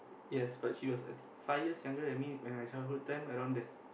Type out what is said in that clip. yes but she was I think five years younger than me when my childhood time around there